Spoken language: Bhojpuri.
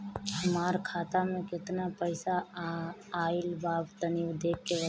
हमार खाता मे केतना पईसा आइल बा तनि देख के बतईब?